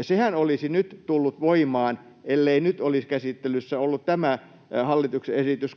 sehän olisi nyt tullut voimaan, ellei nyt olisi käsittelyssä ollut tämä hallituksen esitys